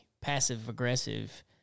passive-aggressive